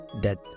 Dead